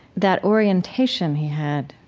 that orientation he had,